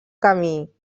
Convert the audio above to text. camí